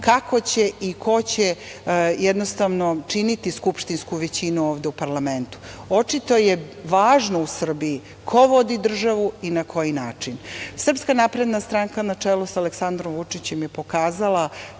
kako će i ko će činiti skupštinsku većinu ovde u parlamentu. Očito je važno u Srbiji ko vodi državu i na koji način. Srpska napredna stranka, na čelu sa Aleksandrom Vučićem, je pokazala